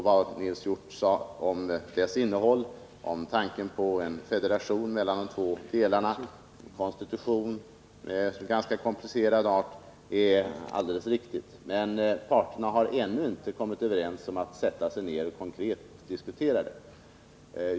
Vad Nils Hjorth sade om dess innehåll — tanken på en federation mellan de två delarna och en konstitution av ganska komplicerad art — är alldeles riktigt, men parterna har ännu inte kommit överens om att sätta sig ned och konkret diskutera detta.